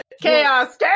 Chaos